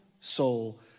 soul